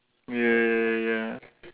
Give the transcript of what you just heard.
ya ya ya ya ya